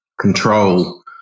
control